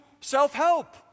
self-help